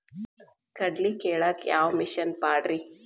ಕಡ್ಲಿ ಕೇಳಾಕ ಯಾವ ಮಿಷನ್ ಪಾಡ್ರಿ?